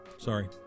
Sorry